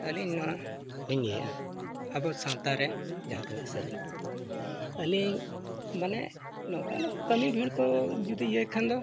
ᱟᱹᱞᱤᱧ ᱱᱚᱣᱟ ᱞᱤᱧ ᱞᱟᱹᱭᱟ ᱟᱵᱚ ᱥᱟᱶᱛᱟ ᱨᱮ ᱡᱟᱦᱟᱸ ᱫᱚ ᱮᱱᱮᱡ ᱥᱮᱨᱮᱧ ᱟᱹᱞᱤᱧ ᱢᱟᱱᱮ ᱱᱚᱝᱠᱟᱱᱟᱜ ᱠᱟᱹᱢᱤ ᱵᱷᱤᱲ ᱠᱚ ᱡᱩᱫᱤ ᱤᱭᱟᱹᱭ ᱠᱷᱟᱱ ᱫᱚ